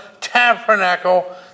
tabernacle